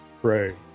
pray